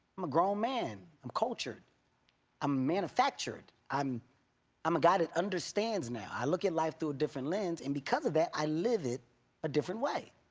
i'm a grown man, i'm cultured i'm manufactured, i'm i'm a guy that understands now. i look at life through a different lens. and because of that, i live it a different way.